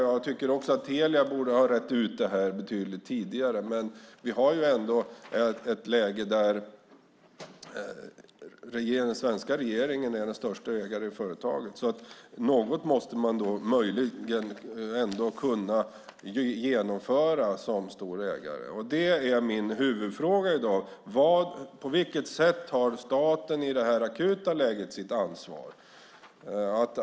Jag tycker också att Telia borde ha rett ut detta betydligt tidigare, men vi har ändå ett läge där den svenska regeringen är den största ägaren i företaget, och något måste man ändå kunna genomföra som stor ägare. Min huvudfråga i dag är: På vilket sätt tar staten i detta akuta läge sitt ansvar?